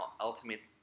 ultimately